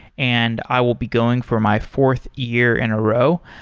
and i will be going for my fourth year in a row.